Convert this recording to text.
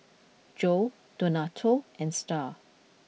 Jo Donato and Star